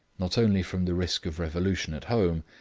not only from the risk of revolution at home,